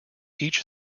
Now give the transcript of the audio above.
each